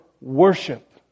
worship